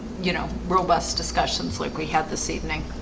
you know robust discussions. look we had this evening